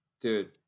dude